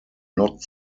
not